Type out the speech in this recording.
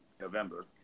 November